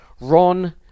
Ron